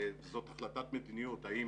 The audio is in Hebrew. זאת החלטת מדיניות האם